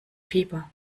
fieber